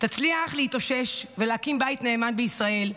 תצליח להתאושש ולהקים בית נאמן בישראל,